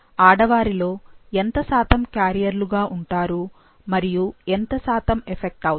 ఆడవారిలో ఎంత శాతము క్యారియర్లు గా ఉంటారు మరియు ఎంత శాతము ఎఫెక్ట్ అవుతారు